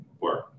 work